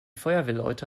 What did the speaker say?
feuerwehrleute